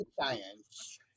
Science